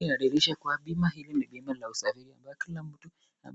Hii inadhirisha kuwa hili bima, bima la usafiri kila mtu